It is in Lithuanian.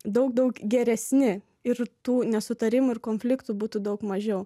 daug daug geresni ir tų nesutarimų ir konfliktų būtų daug mažiau